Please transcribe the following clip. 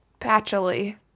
Patchily